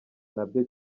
nabyo